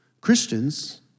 Christians